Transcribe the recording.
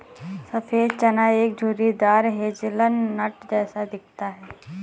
सफेद चना एक झुर्रीदार हेज़लनट जैसा दिखता है